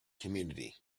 community